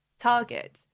target